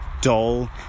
Dull